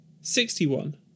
sixty-one